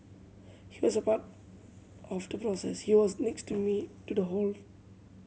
he was a part of the process he was next to me to the whole